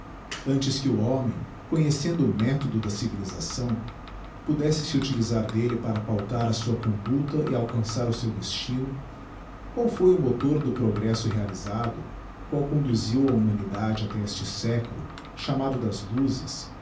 antes que o homem conhecendo o methodo da civilisação pudesse se utilisar delle para pautar a sua conducta e alcançar o seu destino qual foi o motor do progresso realisado qual conduziu a humanidade até este século chamado das luzes